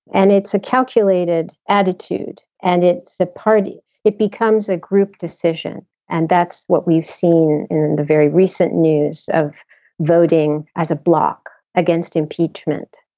and it's a calculated attitude and it's a party. it becomes a group decision and that's what we've seen in the very recent news of voting as a bloc against impeachment